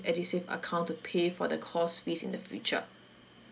edusave account to pay for the course fees in the future